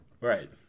Right